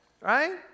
right